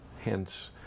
hence